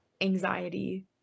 anxiety